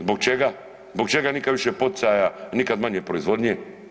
Zbog čega, zbog čega nikad više poticaja, nikad manje proizvodnje?